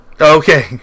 Okay